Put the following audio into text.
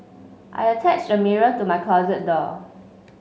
I attached a mirror to my closet door